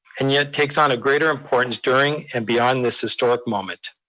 and yet takes on a greater importance during and beyond this historic moment.